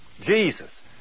Jesus